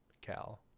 Cal